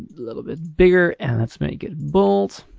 a little bit bigger. and let's make it bold.